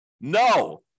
No